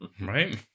Right